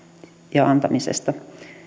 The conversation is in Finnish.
ja antamisesta